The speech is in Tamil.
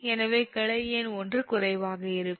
எனவே கிளை எண் ஒன்று குறைவாக இருக்கும்